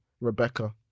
Rebecca